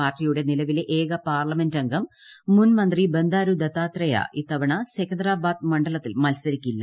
പാർട്ടിയുടെ നിലവിലെ ഏക പാർലമെന്റുംഗം മുൻ മന്ത്രി ബന്ദാരു ദത്താത്രേയ ഇത്തവണ സെക്കന്തരാബാദ് മണ്ഡല ത്തിൽ മൽസരിക്കില്ല